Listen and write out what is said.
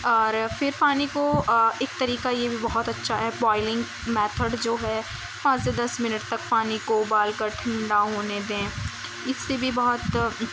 اور پھر پانی کو ایک طریقہ یہ بھی بہت اچھا ہے بوائلنگ میتھڈ جو ہے پانچ سے دس منٹ تک پانی کو ابال کر ٹھنڈا ہونے دیں اس سے بھی بہت